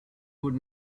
would